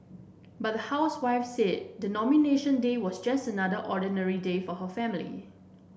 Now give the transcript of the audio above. but the housewife said the Nomination Day was just another ordinary day for her family